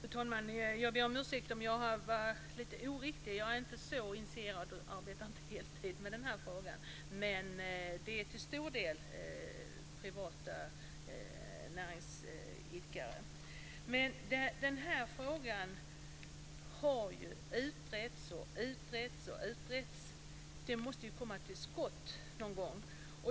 Fru talman! Jag ber om ursäkt om jag har varit lite oriktig. Jag är inte så initierad, och jag arbetar inte heltid med den här frågan. Men det handlar till stor del om privata näringsidkare. Frågan har utretts och utretts. Det måste komma till skott någon gång!